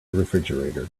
refrigerator